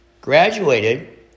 graduated